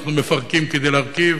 אנחנו מפרקים כדי להרכיב,